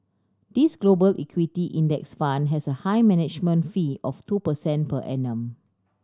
this Global Equity Index Fund has a high management fee of two percent per annum